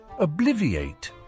Obliviate